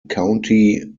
county